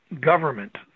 government